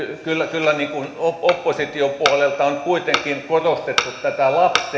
kyllä opposition puolelta on kuitenkin korostettu tätä lapsen etua ja